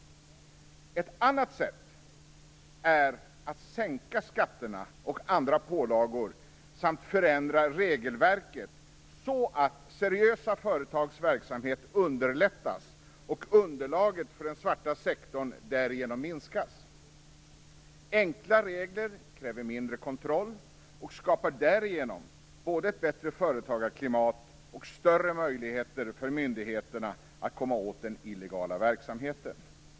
Ett annat sätt är att sänka skatterna och andra pålagor samt förändra regelverket så att seriösa företags verksamhet underlättas och underlaget för den svarta sektorn därigenom minskas. Enkla regler kräver mindre kontroll och skapar därigenom både bättre företagarklimat och större möjligheter för myndigheterna att komma åt den illegala verksamheten.